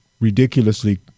ridiculously